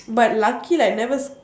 but lucky like never s~